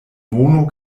mono